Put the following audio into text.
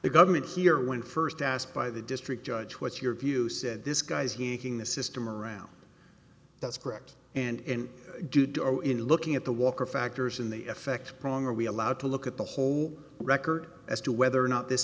the government here when it first asked by the district judge what's your view said this guy's hearing the system around that's correct and in good order in looking at the walker factors in the effect prong are we allowed to look at the whole record as to whether or not this